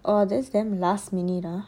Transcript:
oh that's damn last minute ah